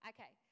Okay